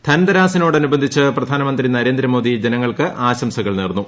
ധൻതെരാസിനോടനുബന്ധിച്ച് പ്രധാനമന്ത്രി നരേന്ദ്രമോദി ജനങ്ങൾക്ക് ആശംസകൾ നേർന്നു